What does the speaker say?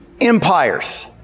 empires